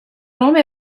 nome